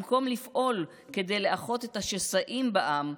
במקום לפעול כדי לאחות את השסעים בעם,